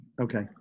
Okay